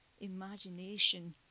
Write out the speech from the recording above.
imagination